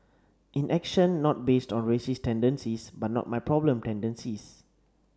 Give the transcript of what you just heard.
inaction not based on racist tendencies but not my problem tendencies